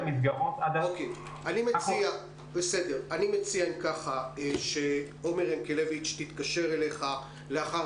אני מציע שחברת הכנסת ינקלביץ' תתקשר אליך אחרי